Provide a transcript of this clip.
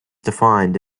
defined